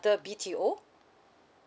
B_T_O